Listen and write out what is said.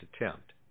attempt